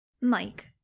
Mike